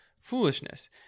foolishness